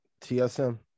TSM